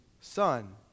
son